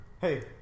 Hey